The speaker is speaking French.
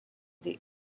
des